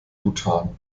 bhutan